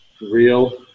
real